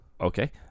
Okay